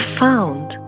found